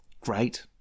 great